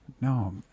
No